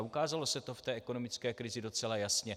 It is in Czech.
A ukázalo se to v té ekonomické krizi docela jasně.